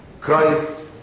Christ